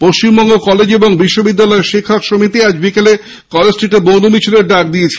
Paschimbanga college ও বিশ্ববিদ্যালয় শিক্ষক সমিতি আজ বিকেলে কলেজস্ট্রীটে মৌন মিছিলের ডাক দিয়েছে